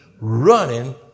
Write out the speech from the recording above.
running